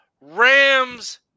Rams